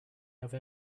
have